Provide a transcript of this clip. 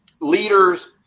leaders